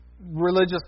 religious